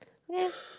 ya